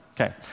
Okay